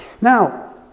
Now